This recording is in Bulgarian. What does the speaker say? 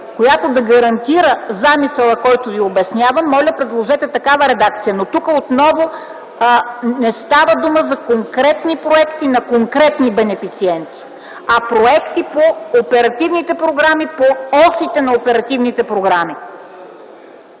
която да гарантира замисъла, който Ви обяснявам, моля, предложете такава редакция. Но тук отново: не става дума за конкретни проекти, на конкретни бенефициенти, а проекти по оперативните програми, по осите на оперативните програми.